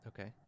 Okay